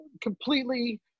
completely